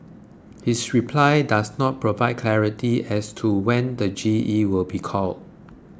his reply does not provide clarity as to when the G E will be called